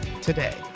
today